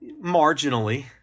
Marginally